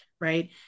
Right